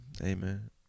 Amen